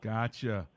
Gotcha